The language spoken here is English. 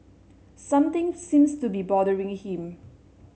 something seems to be bothering him